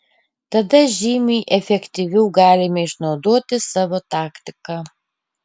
tada žymiai efektyviau galime išnaudoti savo taktiką